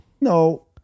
no